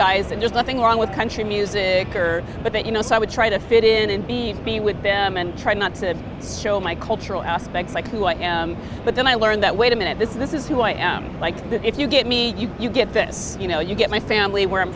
guys and just nothing wrong with country music or but you know so i would try to fit in and be be with them and try not to show my cultural aspects like who i am but then i learned that wait a minute this is this is who i am like if you get me you get this you know you get my family where i'm